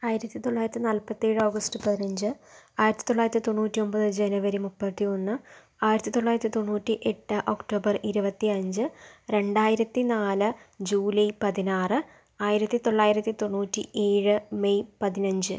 ആയിരത്തി തൊള്ളായിരത്തി നാൽപ്പത്തേഴ് ഓഗസ്റ്റ് പതിനഞ്ച് ആയിരത്തി തൊള്ളായിരത്തി തൊണ്ണൂറ്റി ഒമ്പത് ജനുവരി മുപ്പത്തി ഒന്ന് ആയിരത്തി തൊള്ളായിരത്തി തൊണ്ണൂറ്റി എട്ട് ഒക്ടോബർ ഇരുപത്തി അഞ്ച് രണ്ടായിരത്തി നാല് ജൂലൈ പതിനാറ് ആയിരത്തി തൊള്ളായിരത്തി തൊണ്ണൂറ്റി ഏഴ് മെയ് പതിനഞ്ച്